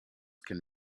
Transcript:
can